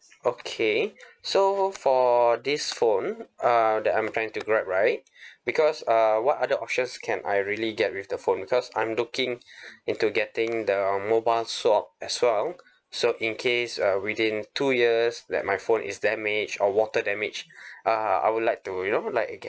okay so for this phone uh that I'm trying to grab right because uh what other options can I really get with the phone because I'm looking into getting the mobile swap as well so in case uh within two years that my phone is damaged or water damage uh I would like to you know like get